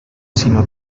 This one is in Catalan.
sinó